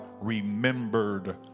remembered